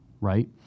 right